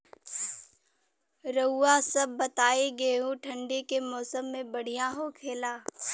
रउआ सभ बताई गेहूँ ठंडी के मौसम में बढ़ियां होखेला?